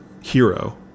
hero